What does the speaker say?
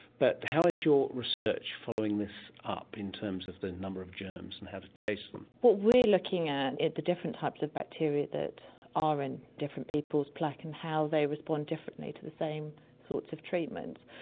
but how is your research following this up in terms of the number of germs and how to chase them? what we're looking at are the different types of bacteria that are in different people's plaque and how they respond differently to the same sorts of treatments.